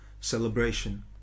celebration